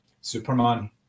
superman